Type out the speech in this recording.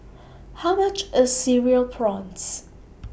How much IS Cereal Prawns